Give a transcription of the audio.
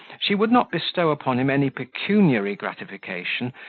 she would not bestow upon him any pecuniary gratification,